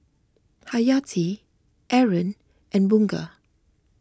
Hayati Aaron and Bunga